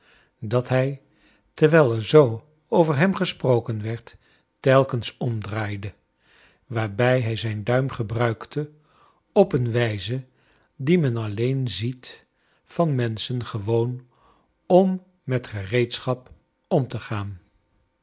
dat hij terwijl er zoo over hem gesproken werd telkens omdraaide waar bij hij zijn duim gebruikte op een wijze die men alleen ziet van menschen gewoon om met gereedschap om te gaan